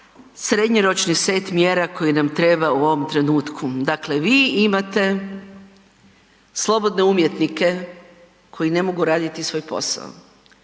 srednjoročni set mjera koji nam treba u ovom trenutku. Dakle, vi imate slobodne umjetnike koji ne mogu raditi svoj posao,